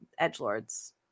edgelords